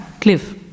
cliff